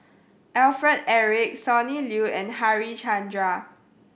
Alfred Eric Sonny Liew and Harichandra